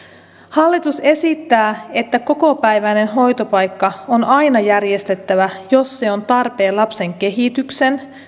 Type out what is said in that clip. hallitus esittää että kokopäiväinen hoitopaikka on aina järjestettävä jos se on tarpeen lapsen kehityksen